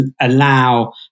allow